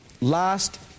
last